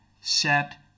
set